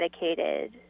dedicated